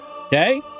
okay